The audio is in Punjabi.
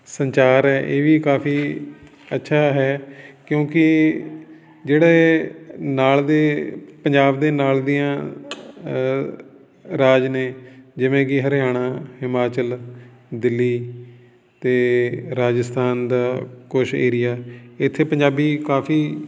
ਸੰਚਾਰ ਹੈ ਇਹ ਵੀ ਕਾਫੀ ਅੱਛਾ ਹੈ ਕਿਉਂਕਿ ਜਿਹੜੇ ਨਾਲ ਦੇ ਪੰਜਾਬ ਦੇ ਨਾਲ ਦੀਆਂ ਰਾਜ ਨੇ ਜਿਵੇਂ ਕਿ ਹਰਿਆਣਾ ਹਿਮਾਚਲ ਦਿੱਲੀ ਅਤੇ ਰਾਜਸਥਾਨ ਦਾ ਕੁਛ ਏਰੀਆ ਇੱਥੇ ਪੰਜਾਬੀ ਕਾਫੀ